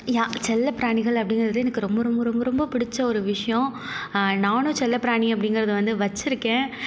செல்ல பிராணிகள் அப்படிங்குறது எனக்கு ரொம்ப ரொம்ப ரொம்ப ரொம்ப பிடிச்ச ஒரு விஷ்யம் நானும் செல்ல பிராணி அப்படிங்குறத வந்து வச்சுருக்கேன்